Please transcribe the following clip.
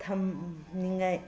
ꯊꯝꯅꯤꯡꯉꯥꯏ